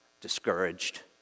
discouraged